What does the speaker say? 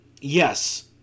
yes